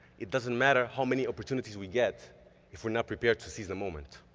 it doesn't matter how many opportunities we get if we're not prepared to seize the moment.